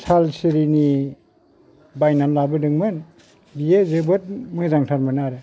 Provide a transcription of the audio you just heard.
साल सिरिनि बायनानै लाबोदोंमोन बियो जोबोद मोजांथारमोन आरो